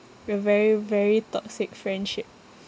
ya very very toxic friendship